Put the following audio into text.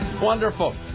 Wonderful